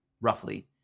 roughly